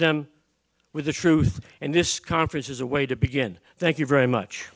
them with the truth and this conference is a way to begin thank you very much